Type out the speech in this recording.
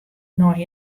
nei